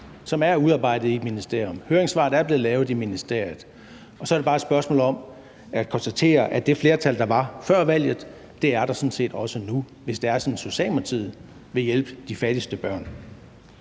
som er udarbejdet i et ministerium; høringssvaret er blevet lavet i ministeriet. Og så er det bare et spørgsmål om at konstatere, at det flertal, der var før valget, sådan set også er der nu, hvis det er sådan, at Socialdemokratiet vil hjælpe de fattigste børn.